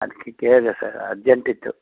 ಅದಕ್ಕೆ ಕೇಳಿದೆ ಸರ್ ಅರ್ಜೆಂಟಿತ್ತು